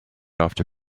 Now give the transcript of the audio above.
after